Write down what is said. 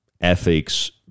ethics